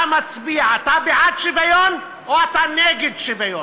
אתה מצביע: אתה בעד שוויון או אתה נגד שוויון.